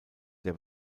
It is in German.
der